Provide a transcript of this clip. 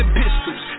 pistols